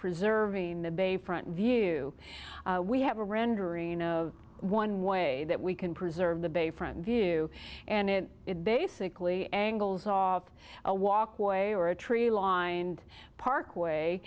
preserving the bayfront view we have a rendering of one way that we can preserve the bayfront view and it is basically angles off a walkway or a tree lined parkway